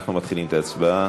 אנחנו מתחילים את ההצבעה.